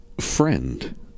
friend